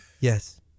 yes